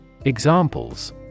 Examples